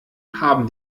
haben